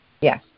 yes